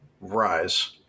Rise